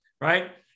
right